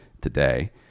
today